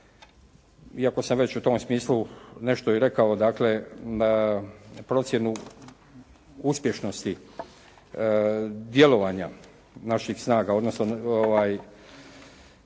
iako sam u tom smislu nešto i rekao, dakle procjenu uspješnosti djelovanja naših snaga, odnosno ocjenu